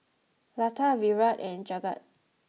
Lata Virat and Jagat